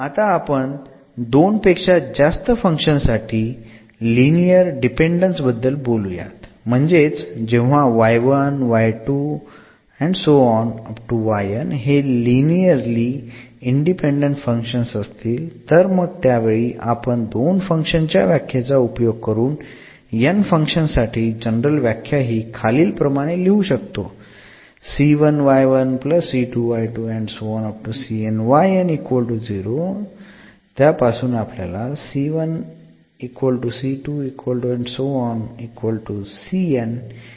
आता आपण 2 पेक्षा जास्त फंक्शन्स साठी लिनिअर डिपेंडेंन्स बद्दल बोलूयात म्हणजेच जेव्हा हे n लिनिअरली इंडिपेंडंट फंक्शन्स असतील तर मग त्यावेळी आपण दोन फंक्शन्स च्या व्याख्येचा उपयोग करून n फंक्शन्स साठी जनरल व्याख्या हि खालील प्रमाणे लिहू शकतो